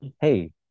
Hey